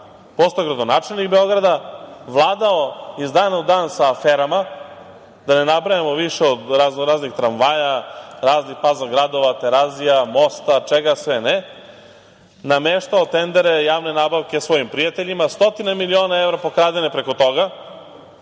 postao gradonačelnik Beograda, vladao iz dana u dan sa aferama, da ne nabrajamo više, od razno raznih tramvaja, raznih baza gradova, Terazija, mosta, čega sve ne, nameštao tendere, javne nabavke svojim prijateljima, stotine miliona evra pokradene preko toga,